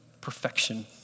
perfection